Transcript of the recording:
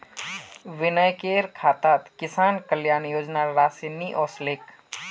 विनयकेर खातात किसान कल्याण योजनार राशि नि ओसलेक